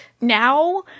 now